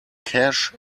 cash